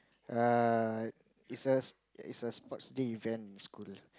err it's a it's a sports day event in school